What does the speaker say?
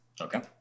Okay